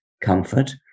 comfort